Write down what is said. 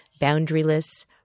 boundaryless